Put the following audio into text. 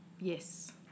Yes